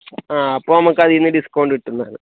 ആ അപ്പോൾ നമുക്ക് അതിൽനിന്ന് ഡിസ്കൌണ്ട് കിട്ടും